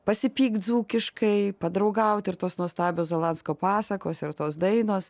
pasipykt dzūkiškai padraugaut ir tos nuostabios zaladsko pasakos ir tos dainos